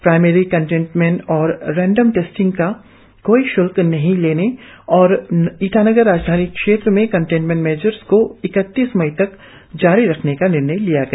primary contact और random testing का कोई श्ल्क नहीं लेने और ईटानगर राजधानी क्षेत्र में कंटेनमेंट मेजर्स को इकतीस मई तक जारी रखने का निर्णय लिया गया